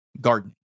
gardening